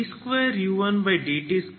2u1t2 ಎಂದು ಊಹಿಸಿ